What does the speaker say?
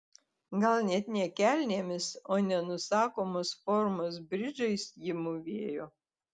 gal net ne kelnėmis o nenusakomos formos bridžais ji mūvėjo